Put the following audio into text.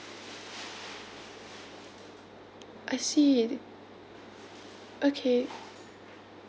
I see okay